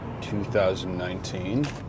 2019